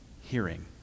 hearing